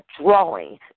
drawing